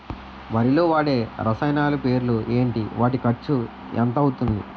వరిలో వాడే రసాయనాలు పేర్లు ఏంటి? వాటి ఖర్చు ఎంత అవతుంది?